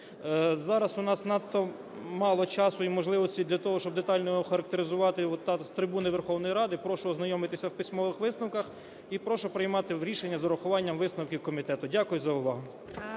Зараз у нас надто мало часу і можливостей для того, щоб детально його охарактеризувати з трибуни Верховної Ради. Прошу ознайомитись в письмових висновках. І прошу приймати в рішенні з урахуванням висновків комітету. Дякую за увагу.